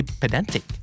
pedantic